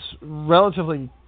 relatively